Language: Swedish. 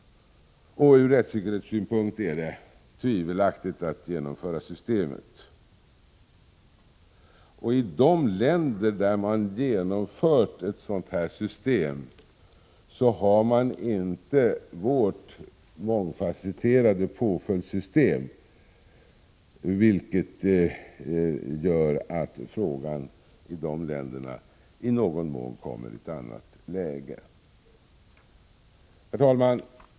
Också från rättssäkerhetssynpunkt är det tvivelaktigt att genomföra ett sådant system. I de länder där sådana system genomförts har man inte vårt mångfasetterade påföljdssystem, vilket gör att saken där i någon mån kommit i ett annat läge. Herr talman!